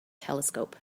telescope